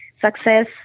success